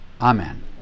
Amen